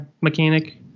mechanic